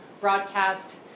broadcast